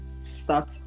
Start